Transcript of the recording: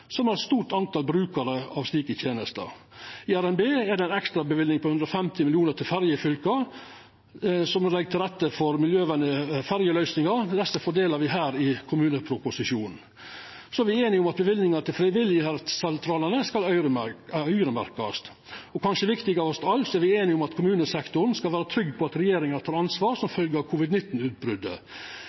som har eit stort tal brukarar av slike tenester. I RNB er det ei ekstra løyving på 150 mill. kr til ferjefylka, som legg til rette for miljøvenlege ferjeløysingar. Desse fordeler me her i kommuneproposisjonen. Me er einige om at løyvingane til frivilligsentralane skal øyremerkast. Kanskje viktigast av alt er me einige om at kommunesektoren skal vera trygg på at regjeringa tek ansvar som følgje av